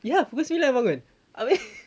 ya pukul sembilan bangun